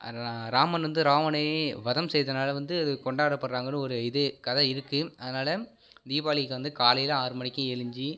ராமன் வந்து ராவணனை வதம் செய்தனால் வந்து அது கொண்டாடப்படுறாங்கன்னு ஒரு இது கதை இருக்குது அதனால் தீபாவளிக்கு வந்து காலையில் ஆறு மணிக்கு எழுஞ்சி